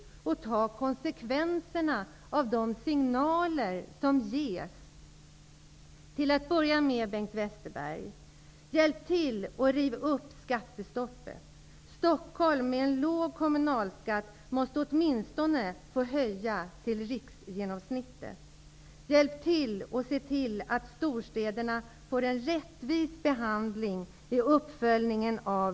Vi måste ta konsekvenserna av de signaler som ges. Till att börja med, Bengt Westerberg: Hjälp till och riv upp skattestoppet! Stockholm, som har en låg kommunalskatt, måste åtminstone få höja till riksgenomsnittet. Hjälp till så att storstäderna får en rättvis behandling vid uppföljningen av